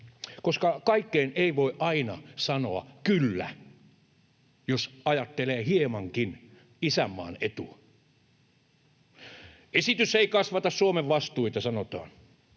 Kaikkeen ei voi aina sanoa ”kyllä”, jos ajattelee hiemankin isänmaan etua. ”Esitys ei kasvata Suomen vastuita”, sanotaan.